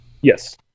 yes